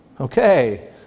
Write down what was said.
Okay